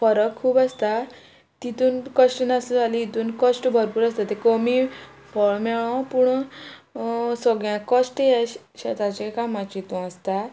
फरक खूब आसता तितून कश्ट नासलो जाल्यार हितून कश्ट भरपूर आसता ते कमी फळ मेळ्ळो पूण सगळ्यांक कश्ट हे शेताच्या कामाच्या हितूं आसता